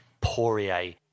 Poirier